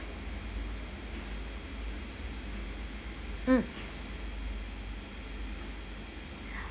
mm